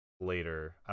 later